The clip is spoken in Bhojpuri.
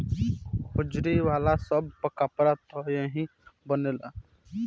होजरी वाला सब कपड़ा त एही के बनेला